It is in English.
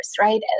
right